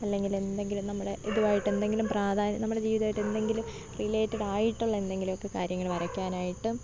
അല്ലെങ്കിലെന്തെങ്കിലും നമ്മുടെ ഇതുമായിട്ടെന്തെങ്കിലും പ്രാധാന്യ നമ്മുടെ ജീവിതമായിട്ടെന്തെങ്കിലും റിലേറ്റഡായിട്ടുള്ള എന്തെങ്കിലും ഒക്കെ കാര്യങ്ങൾ വരയ്ക്കാനായിട്ടും